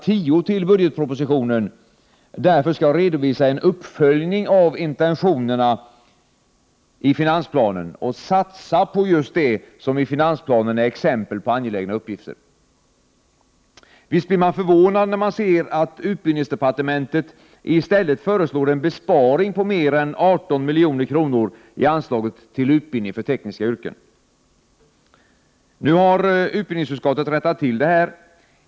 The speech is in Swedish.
10 till budgetpropositionen — därför skall redovisa en uppföljning av intentionerna i finansplanen och satsa på just det som i finansplanen är exempel på angelägna uppgifter. Visst blir man förvånad, när man ser att utbildningsdepartementet i stället föreslår en besparing på mer än 18 milj.kr. i anslaget till utbildning för tekniska yrken. Nu har utbildningsutskottet rättat till det här.